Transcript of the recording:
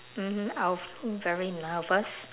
mmhmm I'll feel very nervous